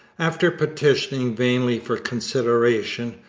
after petitioning vainly for consideration,